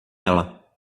ela